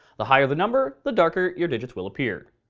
the higher the number, the darker your digits will appear.